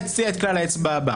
הציע את כלל האצבע הבא: